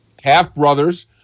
half-brothers